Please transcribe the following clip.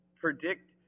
predict